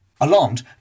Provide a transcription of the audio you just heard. Alarmed